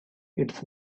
its